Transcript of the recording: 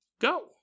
Go